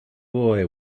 boy